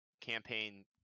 campaign